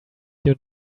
your